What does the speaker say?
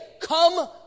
come